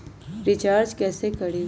Recharge कैसे करीब?